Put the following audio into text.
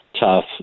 tough